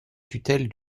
tutelle